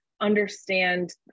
understand